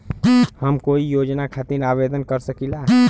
हम कोई योजना खातिर आवेदन कर सकीला?